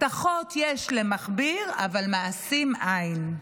הבטחות יש למכביר אבל מעשים אין.